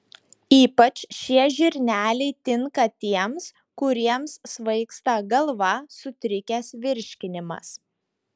ypač šie žirneliai tinka tiems kuriems svaigsta galva sutrikęs virškinimas